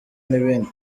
n’ibindi